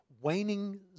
waning